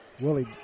Willie